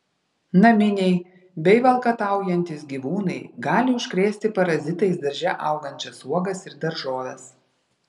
naminiai bei valkataujantys gyvūnai gali užkrėsti parazitais darže augančias uogas ir daržoves